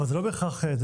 אבל זה לא בהכרח להשבחה,